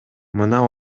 мына